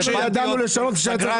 אנחנו ידענו לשנות כשהיה צריך לשנות.